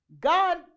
God